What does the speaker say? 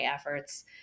efforts